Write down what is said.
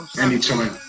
Anytime